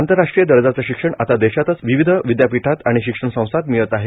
आंतरराष्ट्रीय दर्जाचे शिक्षण आता देशातच विविध विद्यापीठात आणि शिक्षण संस्थांत मिळत आहे